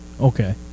Okay